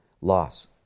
loss